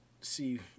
see